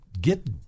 get